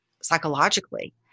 psychologically